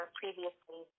previously